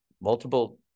multiple